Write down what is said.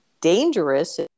dangerous